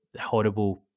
horrible